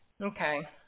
Okay